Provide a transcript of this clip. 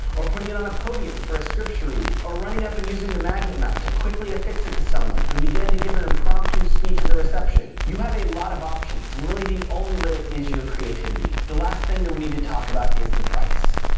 or putting it on a podium for a scripts reading. or running up and using the magnet mount to quickly affix it to someone who began to give an improptu speech at the reception. you have a lot of options, and really the only limit is your creativity. the last thing that we need to talk about is the price.